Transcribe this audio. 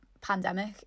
pandemic